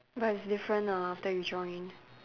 but it's different lah after you join